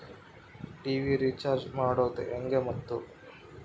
TV recharge ಮಾಡೋದು ಹೆಂಗ ಮತ್ತು?